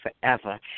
forever